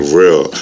real